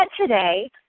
today